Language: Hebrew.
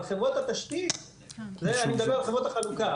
אבל חברות התשתית, זה אני מדבר על חברות החלוקה.